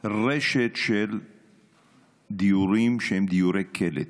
רשת של דיורים שהם דיורי קלט.